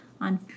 on